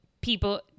people